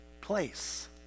place